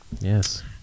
Yes